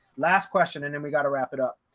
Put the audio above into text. last question, and then we got to wrap it up.